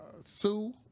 Sue